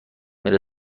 میره